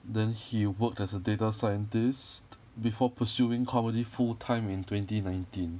then he worked as a data scientist before pursuing comedy full time in twenty nineteen